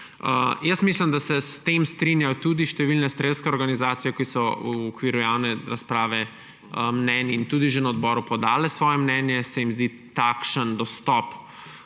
Jaz mislim, da se s tem strinjajo tudi številne strelske organizacije, ki so v okviru javne razprave mnenj in tudi že na odboru podale svoje mnenje, da se jim zdi takšen dostop